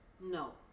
no